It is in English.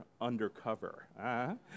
undercover